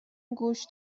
گوش